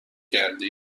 کرده